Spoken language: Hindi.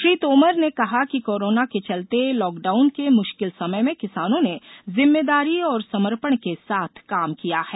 श्री तोमर ने कहा कि कोरोना के चलते लॉकडाउन के मुश्किल समय में किसानों ने जिम्मेदारी और समर्पण के साथ काम किया है